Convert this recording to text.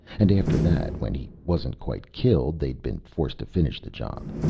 and after that, when he wasn't quite killed, they'd been forced to finish the job.